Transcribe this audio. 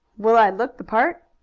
will i look the part?